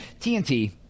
tnt